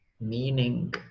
Meaning